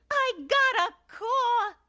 i got a core,